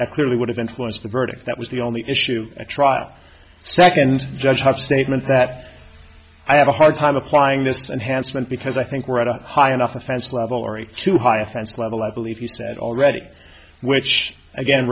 that clearly would have influenced the verdict that was the only issue a trial second judge tough statement that i have a hard time applying this and have spent because i think we're at a high enough offense level or too high offense level i believe you said already which again